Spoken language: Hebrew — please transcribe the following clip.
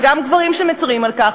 וגם גברים שמצרים על כך.